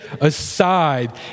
aside